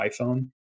iphone